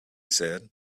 said